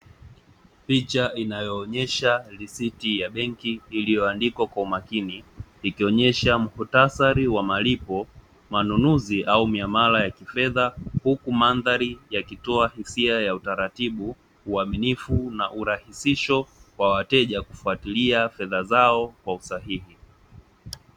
Picha inayoonyesha risiti ya benki iliyoandikwa kwa umakini, ikionyesha muktasari wa malipo, manunuzi au miamala ya kifedha; huku mandhari yakitoa hisia ya utaratibu, uaminifu na urahisisho wa wateja kufatilia fedha zao kwa usahihi.